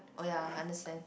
oh ya I understand